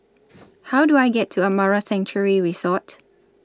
How Do I get to Amara Sanctuary Resort